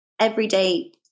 everyday